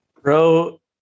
Bro